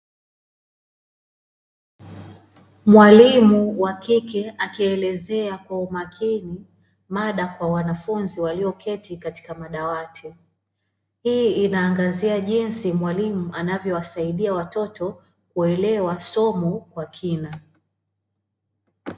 Mwalimu wa kike akielekezea kwa umakini mada kwa wanafunzi walioketi katika madawati, hii inaangazia jinsi mwalimu anavyowasaidia watoto kuelewa somo kwa kina.